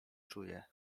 czuję